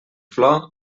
flor